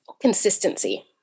consistency